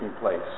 place